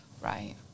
right